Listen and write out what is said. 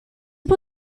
può